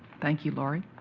thank you, laurie.